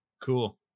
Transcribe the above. Cool